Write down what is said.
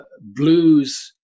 blues